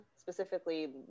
specifically